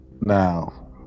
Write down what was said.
Now